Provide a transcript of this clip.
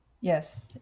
yes